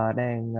đang